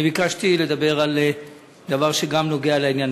אני ביקשתי לדבר על דבר שגם נוגע לעניין.